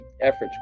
efforts